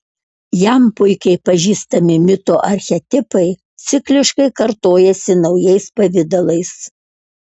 jam puikiai pažįstami mito archetipai cikliškai kartojasi naujais pavidalais